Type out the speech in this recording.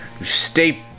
stay